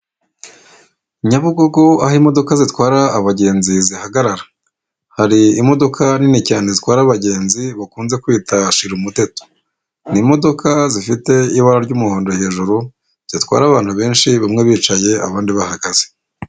Nyabugogo aho imodoka zitwara abagenzi zihagarara, hari imodoka nini cyane zitwara abagenzi bakunze kwita shira umuteto, n'imodoka zifite ibara ry'umuhondo hejuru zitwara abantu benshi bamwe bicaye abandi bahagaze.